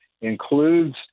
includes